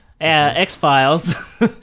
X-Files